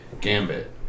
gambit